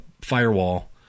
firewall